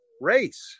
race